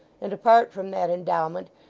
and, apart from that endowment,